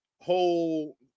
whole